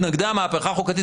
מתנגדי המהפכה החוקתית,